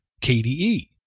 KDE